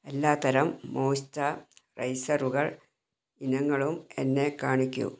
എല്ലാത്തരം മോയ്സ്ചറൈസറുകൾ ഇനങ്ങളും എന്നെ കാണിക്കൂ